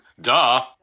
Duh